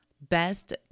best